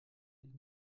dich